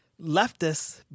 leftists